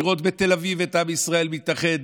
לראות בתל אביב את עם ישראל מתאחד,